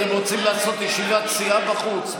אתם רוצים לעשות ישיבת סיעה בחוץ?